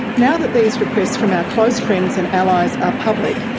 now that these requests from our close friends and allies are public,